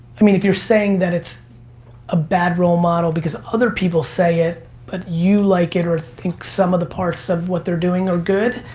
i mean, if you're saying that it's a bad role model because of other people say it, but you like it or think some of the parts of what they're doing are good,